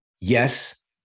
Yes